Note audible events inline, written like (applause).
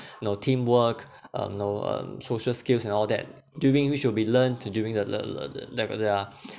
know teamwork um know um social skills and all that during which will be learnt to during the (noise)